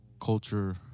culture